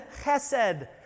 chesed